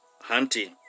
hunting